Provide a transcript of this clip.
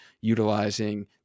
utilizing